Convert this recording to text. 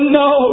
no